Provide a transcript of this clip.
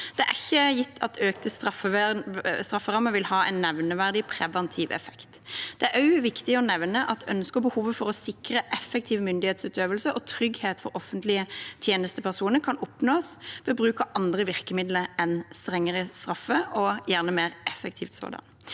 Det er ikke gitt at økte strafferammer vil ha en nevneverdig preventiv effekt. Det er også viktig å nevne at ønsket om og behovet for å sikre effektiv myndighetsutøvelse og trygghet for offentlige tjenestepersoner kan oppnås ved bruk av andre virkemidler enn strengere straffer – og gjerne mer effektive sådanne.